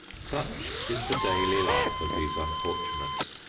such is the daily life of these unfortunates.